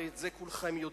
הרי את זה כולכם יודעים,